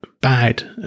bad